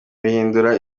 bihindura